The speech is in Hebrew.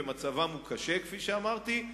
ומצבם הוא קשה כפי שאמרתי,